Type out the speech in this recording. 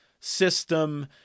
system